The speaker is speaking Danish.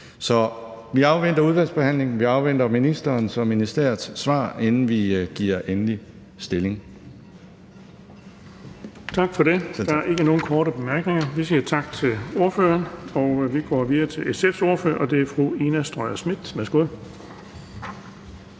Så vi afventer udvalgsbehandlingen, vi afventer ministeren og ministeriets svar, inden vi tager endelig stilling.